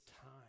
time